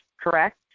correct